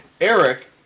Eric